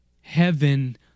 heaven